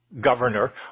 governor